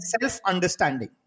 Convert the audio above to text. self-understanding